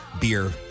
beer